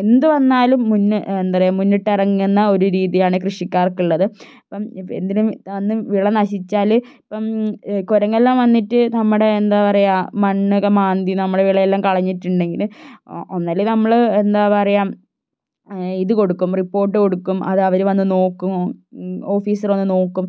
എന്തുവന്നാലും എന്താണ് പറയുക മുന്നിട്ടിറങ്ങുന്ന ഒരു രീതിയാണ് കൃഷിക്കാർക്കുള്ളത് ഇപ്പം ഇപ്പം എന്തിനും വിള നശിച്ചാല് ഇപ്പം കുരങ്ങെല്ലാം വന്നിട്ട് നമ്മുടെ എന്താണ് പറയുക മണ്ണൊക്കെ മാന്തി നമ്മുടെ വിളയെല്ലാം കളഞ്ഞിട്ടുണ്ടെങ്കില് ഒന്നുമല്ലെങ്കില് നമ്മള് എന്താണ് പറയുക ഇത് കൊടുക്കും റിപ്പോർട്ട് കൊടുക്കും അത് അവര് വന്നുനോക്കും ഓഫീസര് വന്നുനോക്കും